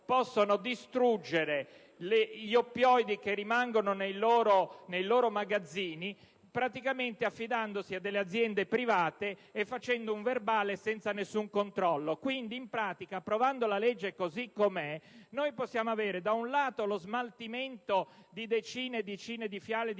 possono distruggere gli oppioidi che rimangono nei loro magazzini affidandosi praticamente ad aziende private e facendo un verbale senza nessun controllo. In pratica, quindi, approvando la legge così com'è, noi possiamo avere, da un lato, lo smaltimento di decine di fiale di